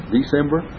December